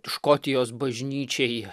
škotijos bažnyčiai